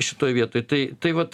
šitoj vietoj tai tai vat